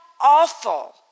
awful